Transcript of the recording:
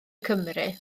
cymru